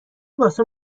واسه